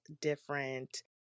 different